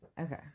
Okay